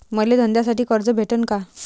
मले धंद्यासाठी कर्ज भेटन का?